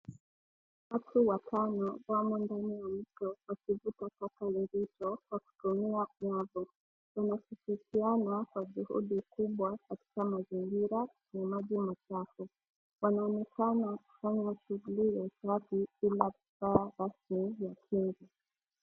Watu wa watano wamo ndani ya mto wa kivuka mpaka mzito wakitumia nyavu . Wanatikisiana kwa juhudi kubwa kwenye mazingira yenye maji machafu. Wanaonekana kufanya shughuli ya usafi bila vifaa rasmi vya kinga.